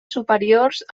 superiors